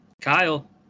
Kyle